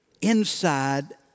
inside